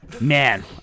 Man